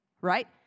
right